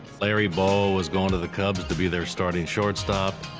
larry bowa was going to the cubs to be their starting shortstop,